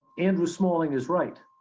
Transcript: andrew smalling is right.